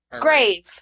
Grave